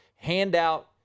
handout